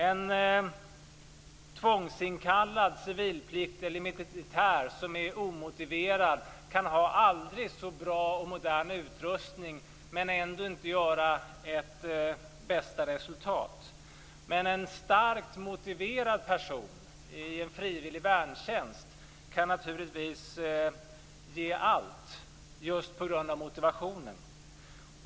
En tvångsinkallad civilpliktig eller militär som är omotiverad kan ha aldrig så bra och modern utrustning men ändå inte göra bästa möjliga resultat, men en starkt motiverad person i en frivillig värntjänst kan naturligtvis ge allt just på grund av motivationen.